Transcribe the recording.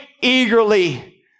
eagerly